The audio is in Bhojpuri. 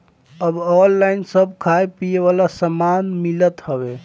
अब ऑनलाइन सब खाए पिए वाला सामान मिलत हवे